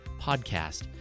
podcast